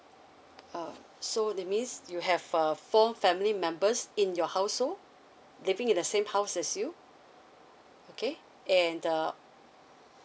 uh so that means you have a phone family members in your household living in the same house as you okay and uh